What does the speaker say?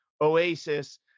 oasis